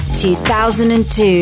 2002